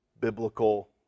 biblical